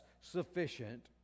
sufficient